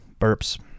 Burps